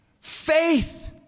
Faith